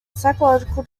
psychological